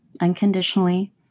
unconditionally